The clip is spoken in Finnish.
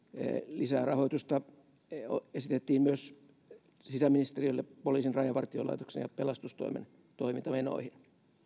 lisää rahoitusta esitettiin myös sisäministeriölle poliisin rajavartiolaitoksen ja pelastustoimen toimintamenoihin